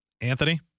Anthony